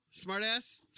smartass